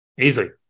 Easily